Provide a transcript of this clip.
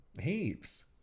Heaps